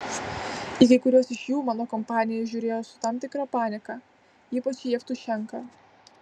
į kai kuriuos iš jų mano kompanija žiūrėjo su tam tikra panieka ypač į jevtušenką